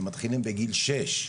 שמתחילים בגיל שש.